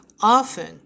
Often